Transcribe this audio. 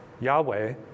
Yahweh